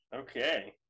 Okay